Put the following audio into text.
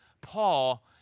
Paul